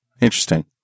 interesting